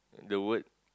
the word